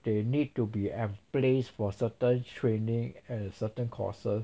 they need to be emplaced for certain training and certain courses